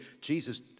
Jesus